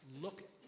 Look